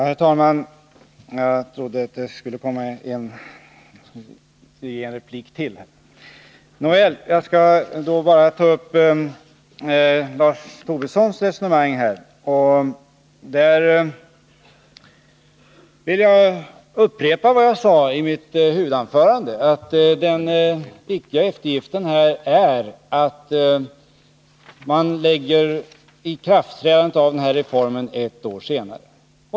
Herr talman! Jag skall ta upp Lars Tobissons resonemang. Jag vill upprepa vad jag sade i mitt huvudanförande, nämligen att den viktiga eftergiften är att man lägger ikraftträdandet av denna reform ett år senare.